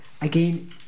again